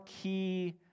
key